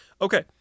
okay